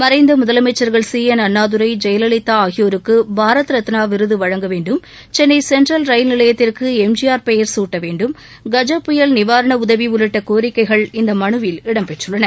மறைந்த முதலமைச்சர்கள் C N Annadurai Jayalalithaa ஆகியோருக்கு பாரத் ரத்னா விருது வழங்க வேண்டும் சென்னை சென்ட்ரல் ரயில் நிலையத்திற்கு எம்ஜிஆர் பெயர் குட்ட வேண்டும் கஜ புயல் நிவாரண உதவி உள்ளிட்ட கோரிக்கைகள் இந்த மனுவில் இடம்பெற்றுள்ளன